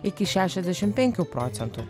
iki šešiasdešim penkių procentų